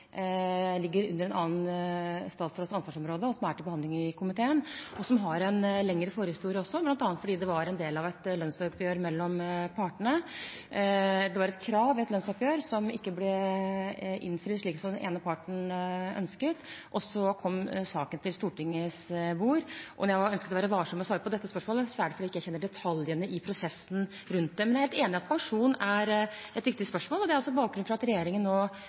ligger under en annen statsråds ansvarsområde, og som er til behandling i komiteen og også har en lengre forhistorie, bl.a. fordi det var en del av et lønnsoppgjør mellom partene. Det var et krav i et lønnsoppgjør som ikke ble innfridd slik den ene parten ønsket, og så kom saken til Stortingets bord. Og når jeg har ønsket å være varsom med å svare på dette spørsmålet, er det fordi jeg ikke kjenner detaljene i prosessen rundt den. Men jeg er enig i at pensjon er et viktig spørsmål, og det er også bakgrunnen for at regjeringen nå